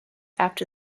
after